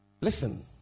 Listen